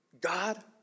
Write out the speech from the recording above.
God